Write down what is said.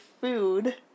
food